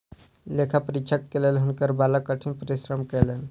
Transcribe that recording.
लेखा परीक्षक के लेल हुनकर बालक कठिन परिश्रम कयलैन